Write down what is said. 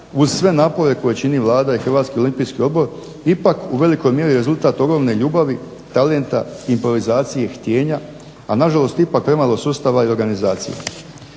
uz sve napore koje čini Vlada i Hrvatski olimpijski odbor ipak u velikoj mjeri rezultat ogromne ljubavi, talenta, improvizacije, htijenja a ipak na žalost premalo sustava i organizacije.